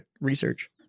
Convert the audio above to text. research